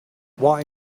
why